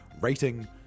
rating